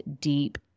deep